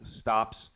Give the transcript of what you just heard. stops